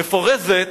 מפורזת